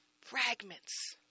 Fragments